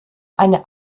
eine